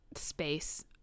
space